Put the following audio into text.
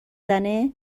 زنه